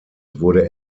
wurde